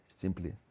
simply